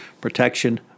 protection